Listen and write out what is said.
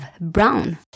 Brown